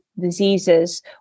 diseases